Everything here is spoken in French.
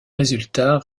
résultat